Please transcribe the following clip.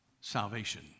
salvation